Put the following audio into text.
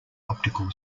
optical